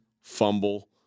fumble